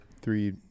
three